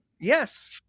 yes